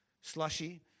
slushy